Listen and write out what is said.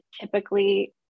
typically